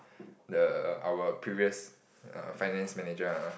the our previous finance manager ah